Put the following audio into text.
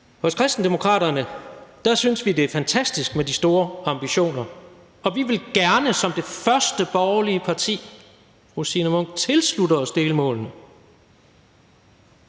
Hos Kristendemokraterne synes vi, det er fantastisk med de store ambitioner, og vi vil gerne som det første borgerlige parti, fru Signe Munk, tilslutte os delmålene.